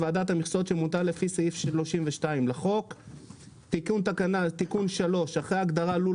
- ועדת המכסות שמונתה לפי סעיף 32 לחוק,"; אחרי ההגדרה "לול